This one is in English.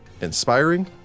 inspiring